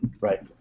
Right